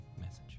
message